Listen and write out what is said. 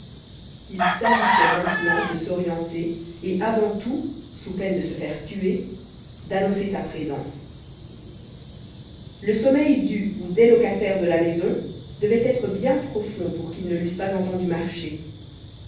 il s'agissait maintenant de s'orienter et avant tout sous peine de se faire tuer d'annoncer sa présence le sommeil du ou des locataires de la maison devait être bien profond pour qu'ils ne l'eussent pas entendu marcher